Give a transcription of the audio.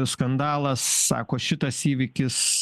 skandalas sako šitas įvykis